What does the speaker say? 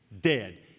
dead